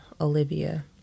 olivia